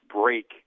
break